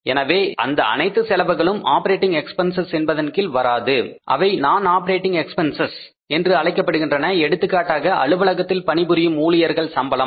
எனவே அந்த அனைத்து செலவுகளும் ஆப்ரேட்டிங் எக்பென்சஸ் என்பதன் கீழ் வராது அவை நான் ஆப்பரேட்டிங் எக்ஸ்பிரஸ் என்று அழைக்கப்படுகின்றன எடுத்துகாட்டாக அலுவலகத்தில் பணிபுரியும் ஊழியர்கள் சம்பளம்